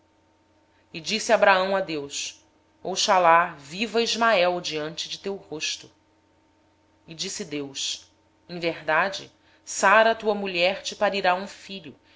depois disse abraão a deus oxalá que viva ismael diante de ti e deus lhe respondeu na verdade sara tua mulher te dará à luz um filho